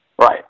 Right